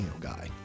guy